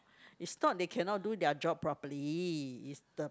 it's not they cannot do their job properly it's the